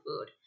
food